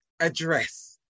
address